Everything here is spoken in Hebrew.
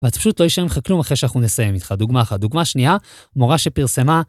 ואתה פשוט לא יישאר עם לך כלום אחרי שאנחנו נסיים איתך, דוגמה אחת. דוגמה שנייה, מורה שפרסמה...